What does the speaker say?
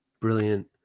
Brilliant